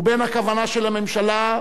לבין הכוונה של הממשלה,